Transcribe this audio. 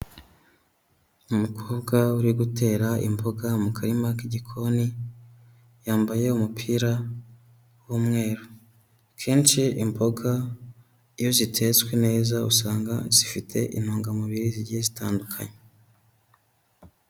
Umukobwa uri gutera imboga mu karima k'igikoni, yambaye umupira w'umweru. Kenshi imboga iyo zitetswe neza usanga zifite intungamubiri zigiye zitandukanye.